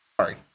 Sorry